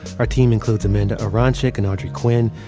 our team includes amanda aronczyk, and audrey quinn,